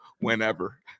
whenever